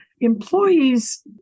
employees